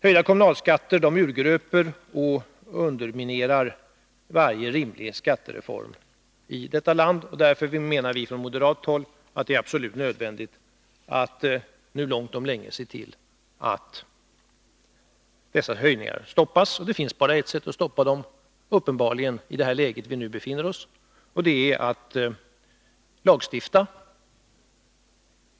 Höjda kommunalskatter urgröper och underminerar varje rimlig skattereform här i landet. Därför menar vi från moderat håll att det är absolut nödvändigt att nu långt om länge se till att dessa höjningar stoppas. Och det finns uppenbarligen, i det läge vi nu befinner oss i, bara ett sätt att stoppa dem, och det är att lagstifta.